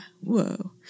Whoa